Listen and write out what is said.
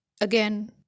Again